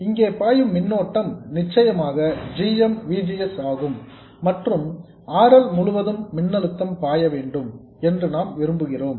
இங்கே பாயும் மின்னோட்டம் நிச்சயமாக g m V G S ஆகும் மற்றும் R L முழுவதும் மின்னழுத்தம் பாய வேண்டும் என்று நாம் விரும்புகிறோம்